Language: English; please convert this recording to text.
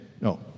no